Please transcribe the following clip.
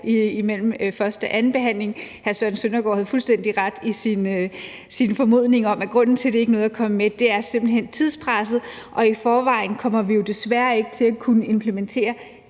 imellem første og anden behandling. Hr. Søren Søndergaard har fuldstændig ret i sin formodning om, at grunden til, at det ikke nåede at komme med, simpelt hen er tidspresset, og i forvejen kommer vi jo desværre ikke til at kunne implementere